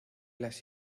las